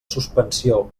suspensió